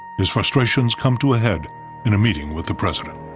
his frustrations come to a head in a meeting with the president.